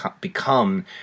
become